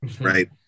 right